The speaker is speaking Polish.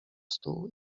stół